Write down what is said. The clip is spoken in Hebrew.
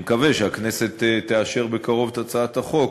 אני מקווה שהכנסת תאשר בקרוב את הצעת החוק,